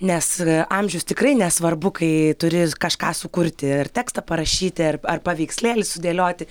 nes amžius tikrai nesvarbu kai turi kažką sukurti ir tekstą parašyti ar paveikslėlį sudėlioti